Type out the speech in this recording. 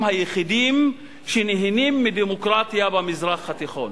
היחידים שנהנים מדמוקרטיה במזרח התיכון.